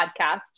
podcast